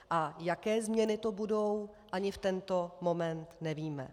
A jaké změny to budou, ani v tento moment nevíme.